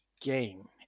game